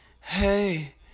hey